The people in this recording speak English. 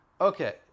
Okay